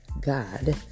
God